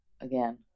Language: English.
again